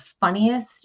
funniest